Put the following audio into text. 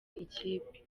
ikipe